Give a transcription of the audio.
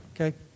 Okay